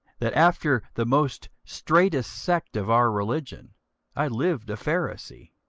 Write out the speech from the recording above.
that after the most straitest sect of our religion i lived a pharisee.